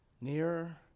nearer